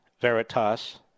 Veritas